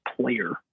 player